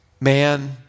man